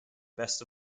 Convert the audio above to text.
best